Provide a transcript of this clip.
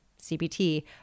cbt